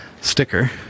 sticker